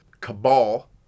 Cabal